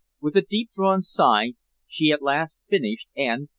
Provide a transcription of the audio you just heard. with a deep-drawn sigh she at last finished, and,